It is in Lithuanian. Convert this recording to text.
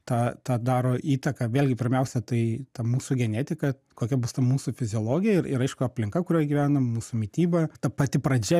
tą tą daro įtaką vėlgi pirmiausia tai ta mūsų genetika kokia bus ta mūsų fiziologija ir ir aišku aplinka kurioj gyvenam mūsų mityba ta pati pradžia